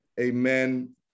amen